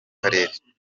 karere